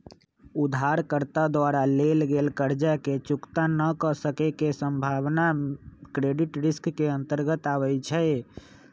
उधारकर्ता द्वारा लेल गेल कर्जा के चुक्ता न क सक्के के संभावना क्रेडिट रिस्क के अंतर्गत आबइ छै